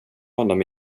honom